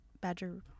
Badger